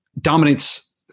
dominates